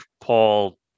Paul